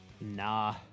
nah